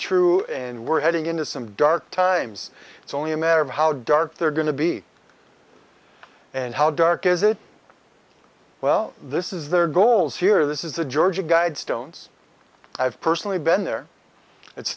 true and we're heading into some dark times it's only a matter of how dark they're going to be and how dark is it well this is their goals here this is the georgia guidestones i've personally been there it's